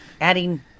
adding